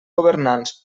governants